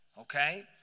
okay